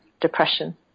depression